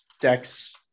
Dex